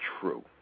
true